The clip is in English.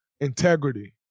Integrity